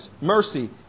mercy